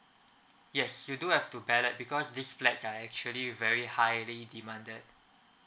yes you do have to ballot because this flats are actually very highly demanded